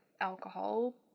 alcohol